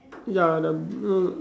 ya the no no